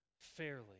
fairly